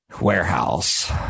warehouse